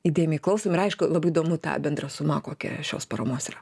įdėmiai klausom ir aišku labai įdomu ta bendra suma kokia šios paramos yra